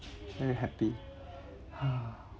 very happy ha